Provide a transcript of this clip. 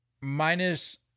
minus